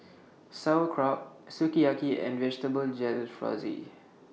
Sauerkraut Sukiyaki and Vegetable Jalfrezi